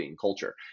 culture